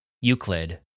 Euclid